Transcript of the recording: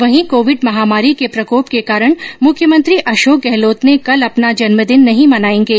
वहीं कोविड महामारी के प्रकोप के कारण मुख्यमंत्री अशोक गहलोत ने कल अपना जन्मदिन नहीं मनायेंगे